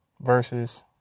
versus